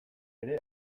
ere